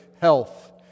health